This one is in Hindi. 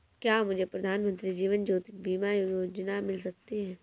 क्या मुझे प्रधानमंत्री जीवन ज्योति बीमा योजना मिल सकती है?